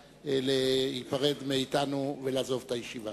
להיפרד מאתנו ולעזוב את הישיבה.